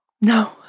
No